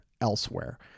elsewhere